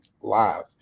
live